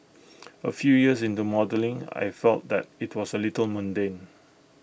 A few years into modelling I felt that IT was A little mundane